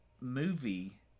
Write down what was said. movie